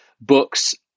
books